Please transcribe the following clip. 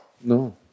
No